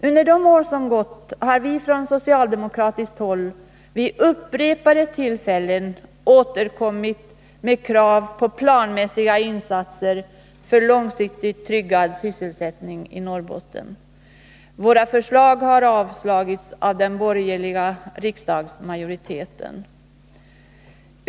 Under de år som gått har vi från socialdemokratiskt håll vid upprepade tillfällen återkommit med krav på planmässiga insatser för långsiktig tryggad sysselsättning i Norrbotten. Våra förslag har avslagits av den borgerliga riksdagsmajoriteten.